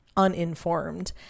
uninformed